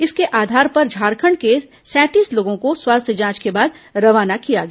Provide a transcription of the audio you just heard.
इसके आधार पर झारखंड के सैंतीस लोगों को स्वास्थ्य जांच के बाद रवाना किया गया